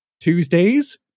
Tuesdays